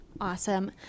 Awesome